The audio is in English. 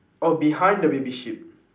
oh behind the baby sheep